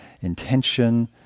intention